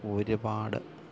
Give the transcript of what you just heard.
ഒരുപാട്